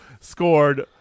scored